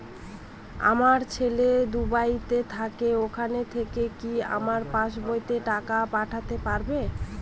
আমার ছেলে দুবাইতে থাকে ওখান থেকে কি আমার পাসবইতে টাকা পাঠাতে পারবে?